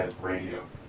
Radio